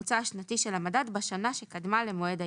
הממוצע השנתי של המדד בשנה שקדמה למועד העדכון.